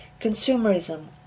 consumerism